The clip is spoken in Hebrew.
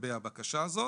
לגבי הבקשה הזאת